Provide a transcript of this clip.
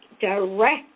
direct